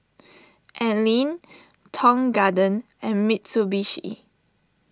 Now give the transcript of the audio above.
Anlene Tong Garden and Mitsubishi